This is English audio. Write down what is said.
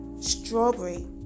strawberry